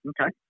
Okay